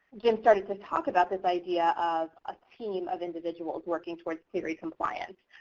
jim started to talk about this idea of a team of individuals working toward clery compliance.